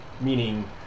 Meaning